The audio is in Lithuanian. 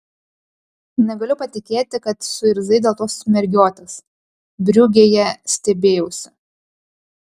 negaliu patikėti kad suirzai dėl tos mergiotės briugėje stebėjausi